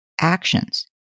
actions